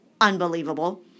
unbelievable